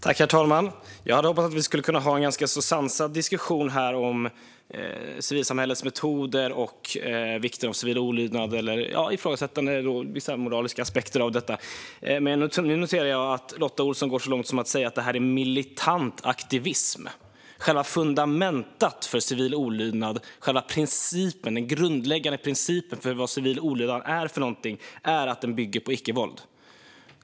Herr talman! Jag hade hoppats att vi skulle kunna ha en ganska sansad diskussion om civilsamhällets metoder och vikten av civil olydnad, ifrågasättande av vissa moraliska aspekter av detta. Men jag noterade nu att Lotta Olsson gick så långt som att säga att detta är militant aktivism. Själva fundamentet - den grundläggande principen - för civil olydnad är att den bygger på icke-våld.